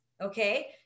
Okay